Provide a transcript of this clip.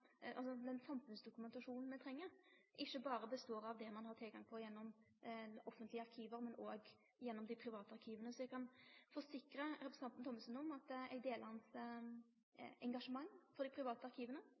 den samfunnsdokumentasjonen me treng, ikkje berre består av det ein har tilgang på gjennom offentlege arkiv, men òg gjennom dei private arkiva. Eg kan forsikre representanten Thommessen om at eg deler hans engasjement for dei private arkiva,